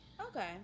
Okay